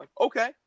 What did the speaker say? Okay